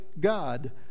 God